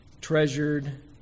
treasured